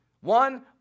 One